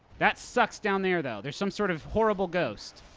that sucks down there, though. there's some sort of horrible ghost.